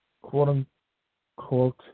quote-unquote